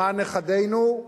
למען נכדינו,